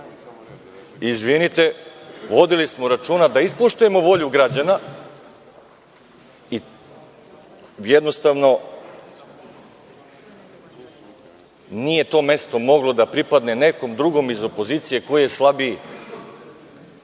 izborima. Izvinite, vodili smo računa da ispoštujemo volju građana i jednostavno nije to mesto moglo da pripadne nekom drugom iz opozicije ko je slabiji